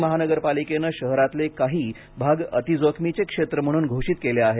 ठाणे महानगरपालिकेनं शहरातले काही भाग अतिजोखमीचे क्षेत्र म्हणून घोषित केले आहेत